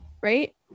Right